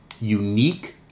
unique